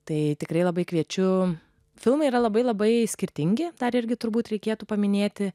tai tikrai labai kviečiu filmai yra labai labai skirtingi tą irgi turbūt reikėtų paminėti